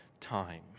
time